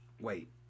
Wait